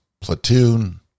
platoon